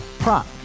Prop